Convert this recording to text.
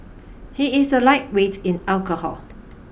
he is a lightweight in alcohol